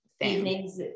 evenings